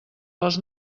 les